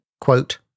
quote